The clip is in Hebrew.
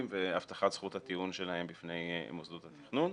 והבטחת זכות הטיעון שלהם בפני מוסדות התכנון.